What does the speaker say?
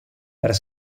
per